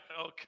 Okay